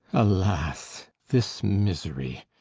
alas! this misery!